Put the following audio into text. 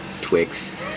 Twix